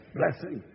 blessing